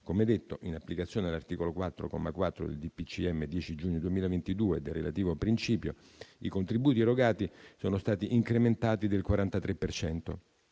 come detto, in applicazione all'articolo 4, comma 4, del DPCM 10 giugno 2022 e del relativo principio, i contributi erogati sono stati incrementati del 43